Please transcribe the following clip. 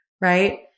right